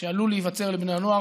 שעלול להיווצר לבני הנוער,